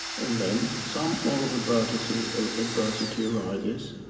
and then some form of adversity ah adversity arises,